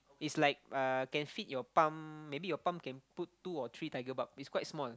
it's like uh can fit your palm maybe your palm can put two or three tiger barb it's quite small